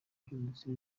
uherutse